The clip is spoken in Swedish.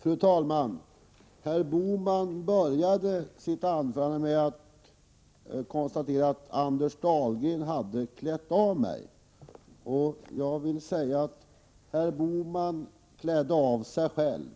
Fru talman! Gösta Bohman började sitt anförande med att konstatera att Anders Dahlgren hade klätt av mig. Jag vill säga att herr Bohman klädde av sig själv.